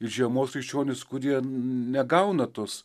ir žiemos krikščionys kurie negauna tos